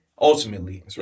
Ultimately